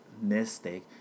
mistake